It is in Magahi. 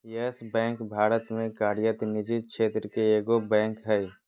यस बैंक भारत में कार्यरत निजी क्षेत्र के एगो बैंक हइ